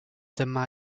dyma